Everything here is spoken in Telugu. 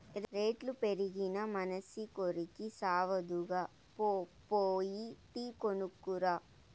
రేట్లు పెరిగినా మనసి కోరికి సావదుగా, పో పోయి టీ కొనుక్కు రా